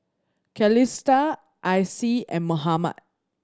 Calista Icie and Mohammad